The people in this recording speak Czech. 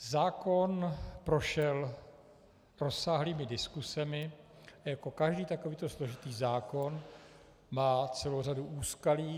Zákon prošel rozsáhlými diskusemi a jako každý takovýto složitý zákon má celou řadu úskalí.